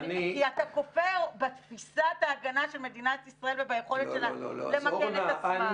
שאתה כופר בתפיסת הגנה של מדינת ישראל וביכולת שלה למגן את עצמה.